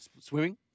Swimming